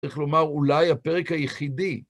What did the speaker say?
צריך לומר, אולי הפרק היחידי